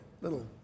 little